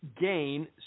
gain